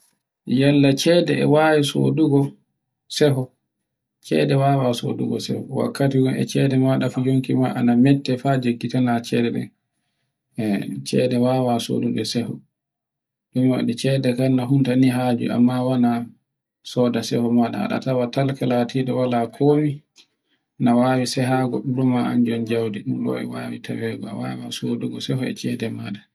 Yalle cede e wawi sodugo seho. Cede wawa sodugo soho, wakkati ndun ecede maɗa fijinki maɗe ana mette fa ngejjitana cede ɗen. Cede wawa sodugo nde seho no mi waɗi cede kan nohunta ni haajo. Amma wana sodo seho maɗa ana ada tawata talaka latiɗo wala komi e nawani sehago ɓurma an jon jawndi a wawa tawe sodugo e cede maɗa.